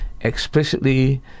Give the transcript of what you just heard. explicitly